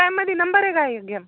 मध्ये नंबर आहे का